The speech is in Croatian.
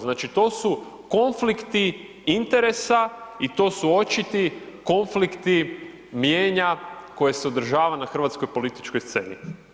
Znači, to su konflikti interesa i to su očiti konflikti mnijenja koje se održava na hrvatskoj političkoj sceni.